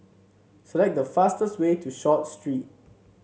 select the fastest way to Short Street